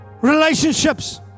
relationships